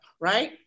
Right